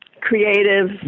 creative